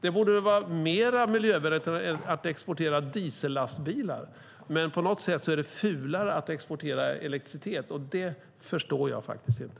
Det borde vara mer miljövänligt än att exportera diesellastbilar. Men på något sätt är det fulare att exportera elektricitet. Det förstår jag faktiskt inte.